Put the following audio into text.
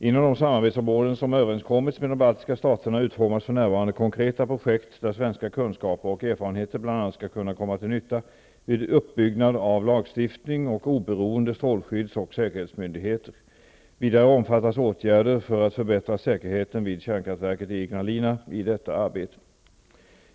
Inom de samarbetsområden som överenskommits med de baltiska staterna utformas för närvarande konkreta projekt där svenska kunskaper och erfarenheer bl.a. skall kunna komma till nytta vid uppbyggnad av lagstiftning och oberoende strålskydds och säkerhetsmyndigheter. Vidare omfattas åtgärder för att förbättra säkerheten vid kärnkraftverket i Ignalina i detta arbete.